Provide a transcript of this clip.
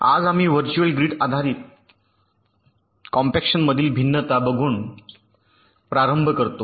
आज आम्ही virtual grid आधारित कॉम्पॅक्शनमधील भिन्नता बघून प्रारंभ करतो